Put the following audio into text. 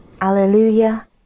Alleluia